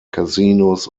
casinos